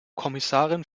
kommissarin